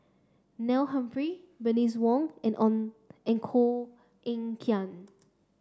Neil Humphreys Bernice Wong and and Koh Eng Kian